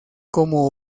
como